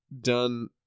done